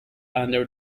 under